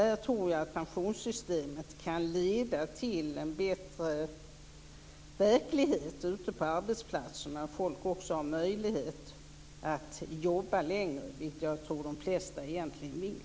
Här tror jag att pensionssystemet kan leda till en bättre verklighet på arbetsplatserna och att folk får möjlighet att jobba längre. Jag tror att de flesta vill det.